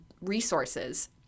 resources